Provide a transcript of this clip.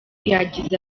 yagize